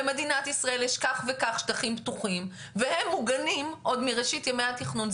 במדינת ישראל יש כך וכך שטחים פתוחים והם מוגנים עוד מראשית ימי התכנון,